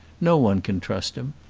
no one can trust him,